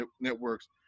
networks